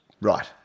right